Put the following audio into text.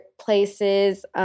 places